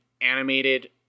animated